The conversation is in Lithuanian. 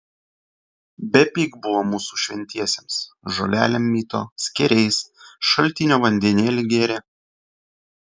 bepig buvo mūsų šventiesiems žolelėm mito skėriais šaltinio vandenėlį gėrė